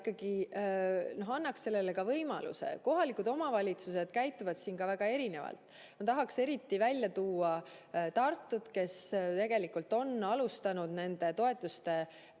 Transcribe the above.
ikkagi annaks sellele võimaluse. Kohalikud omavalitsused käituvad ka väga erinevalt. Ma tahaks eriti välja tuua Tartut, kes on juba alustanud toetusetaotluste